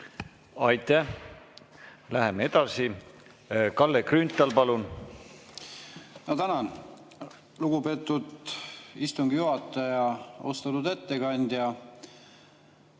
Aitäh! Läheme edasi. Kalle Grünthal, palun! Ma tänan, lugupeetud istungi juhataja! Austatud ettekandja!